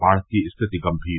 बाढ़ की स्थिति गंभीर